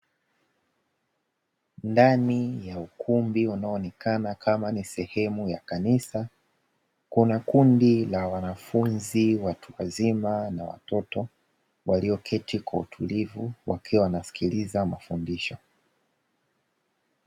Ndani ya ukumbi unaoonekana kama ni sehemu ya kanisa kuna kundi la wanafunzi watu wazima na watoto walioketi kwa utulivu wakiwa wanasikiliza mafundisho.